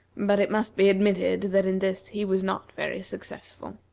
but it must be admitted that in this he was not very successful.